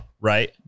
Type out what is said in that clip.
right